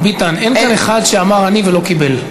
חבר הכנסת ביטן, אין כאן אחד שאמר "אני" ולא קיבל.